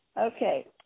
okay